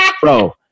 Bro